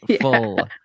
full